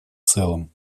целом